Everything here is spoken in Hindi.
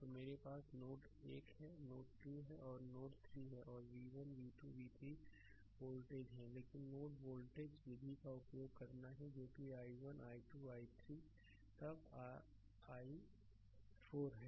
तो मेरे पास नोड 1 है नोड 2 है और नोड 3 है और v1 v2 v3 वोल्टेज है लेकिन नोड वोल्टेज विधि का उपयोग करना है जो कि i1 i 2 i3 तब r i4 है